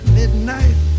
midnight